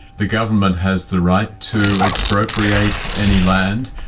the government has the right to expropriate any land,